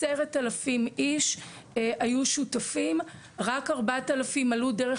10,000 היו שותפים, רק 4,000 עלו דרך